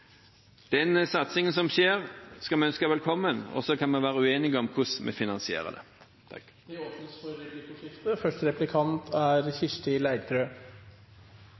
Den satsingen som skjer, skal vi ønske velkommen. Så kan vi være uenige om hvordan vi finansierer det. Det blir replikkordskifte. Arbeiderpartiet er